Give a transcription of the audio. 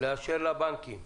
לאשר לבנקים